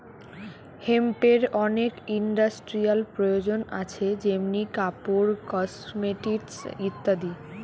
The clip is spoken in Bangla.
হেম্পের অনেক ইন্ডাস্ট্রিয়াল প্রয়োজন আছে যেমনি কাপড়, কসমেটিকস ইত্যাদি